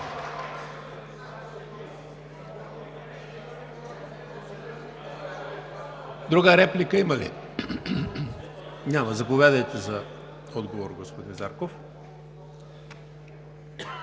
Друга реплика има ли? Няма. Заповядайте за отговор, господин Зарков.